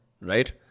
right